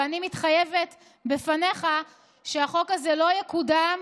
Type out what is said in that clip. ואני מתחייבת בפניך שהחוק הזה לא יקודם